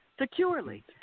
securely